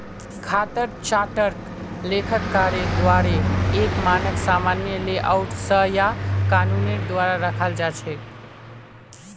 खातार चार्टक लेखाकारेर द्वाअरे एक मानक सामान्य लेआउट स या कानूनेर द्वारे रखाल जा छेक